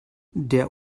der